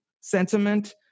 sentiment